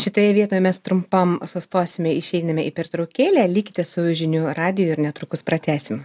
šitoje vietoje mes trumpam sustosime išeiname į pertraukėlę likite su žinių radiju ir netrukus pratęsim